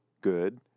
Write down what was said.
good